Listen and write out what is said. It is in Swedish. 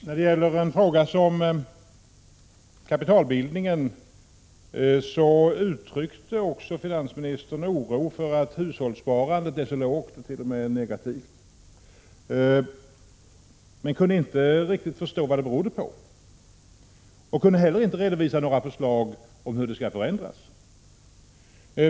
När det gäller kapitalbildningen uttryckte också finansministern oro för att hushållssparandet är så lågt och t.o.m. negativt, men han kunde inte riktigt förstå vad det berodde på. Han kunde heller inte redovisa några förslag om hur det skall förändras.